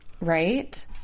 Right